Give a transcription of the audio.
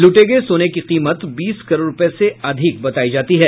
लूटे गये सोने की कीमत बीस करोड़ रूपये से अधिक बतायी जाती है